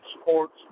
sports